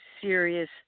serious